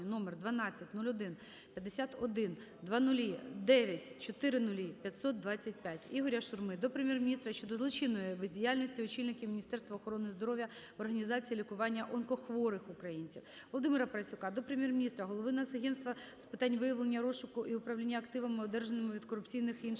№ 12015140090000525. Ігоря Шурми до Прем'єр-міністра щодо злочинної бездіяльності очільників Міністерства охорони здоров'я в організації лікування онкохворих українців. Володимира Парасюка до Прем'єр-міністра, Голови Нацагентства з питань виявлення, розшуку та управління активами, одержаними від корупційних та